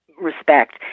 respect